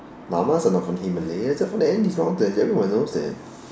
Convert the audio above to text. llamas are not from the Himalayas there are from the Andes mountain everyone knows that